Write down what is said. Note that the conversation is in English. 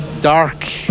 dark